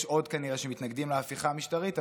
יש עוד כנראה שמתנגדים להפיכה המשטרית,